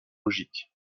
logique